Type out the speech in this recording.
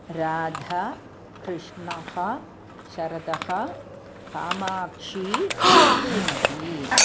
राधा कृष्णः शरदः कामाक्षी श्रीमती